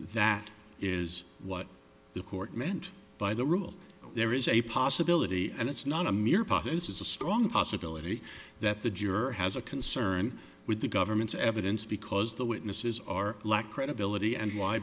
that is what the court meant by the rule there is a possibility and it's not a mere part is a strong possibility that the juror has a concern with the government's evidence because the witnesses are lack credibility and why